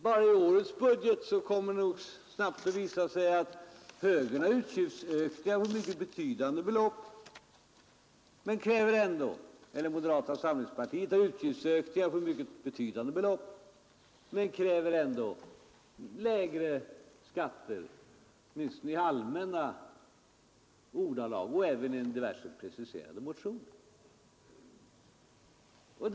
Bara i årets budget kommer det strax att visa sig att moderata samlingspartiet föreslår utgiftsökningar med mycket betydande belopp men ändå kräver lägre skatter, åtminstone i allmänna ordalag och även i diverse preciserade motioner.